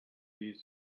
these